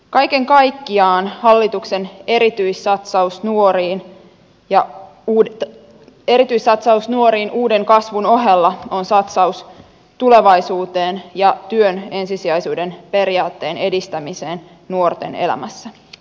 kaiken kaikkiaan hallituksen erityissatsaus nuoriin uuden kasvun ohella on satsaus tulevaisuuteen ja työn ensisijaisuuden periaatteen edistämiseen nuorten elämässä